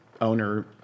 owner